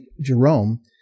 Jerome